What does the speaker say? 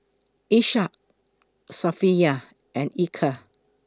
Ishak Safiya and Eka